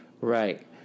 Right